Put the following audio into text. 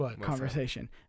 conversation